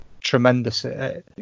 tremendous